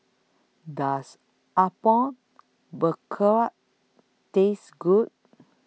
Does Apom Berkuah Taste Good